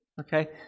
Okay